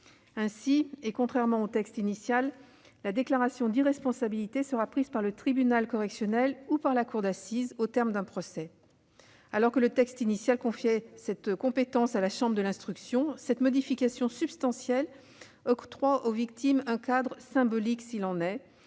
qui était prévu dans le texte initial, la déclaration d'irresponsabilité sera prise par le tribunal correctionnel ou par la cour d'assises, au terme d'un procès. Alors que le texte initial confiait cette compétence à la chambre de l'instruction, cette modification substantielle octroie aux victimes un cadre symbolique s'il en est